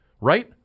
right